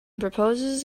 proposes